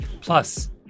Plus